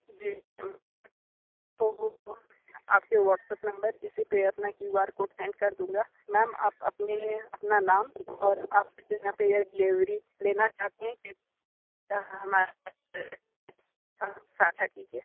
जी ma'am तो आपके WhatsApp number इसी पर अपना क्यू आर कोड सेंड कर दूंगा मैम आप अपने अपना नाम और आप किस जगह पर डिलीवरी लेना चाहते हैं साझा कीजिए